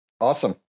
awesome